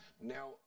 Now